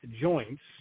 joints